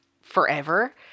forever